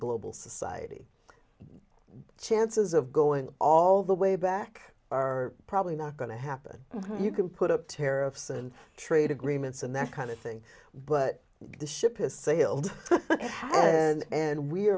global society chances of going all the way back are probably not going to happen you can put up tariffs and trade agreements and that kind of thing but the ship has sailed and